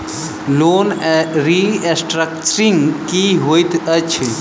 Loan restructuring की होइत अछि?